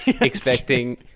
Expecting